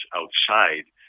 outside